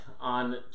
on